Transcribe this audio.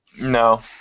No